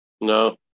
No